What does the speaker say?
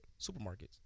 Supermarkets